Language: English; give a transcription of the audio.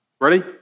Ready